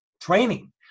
training